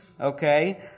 okay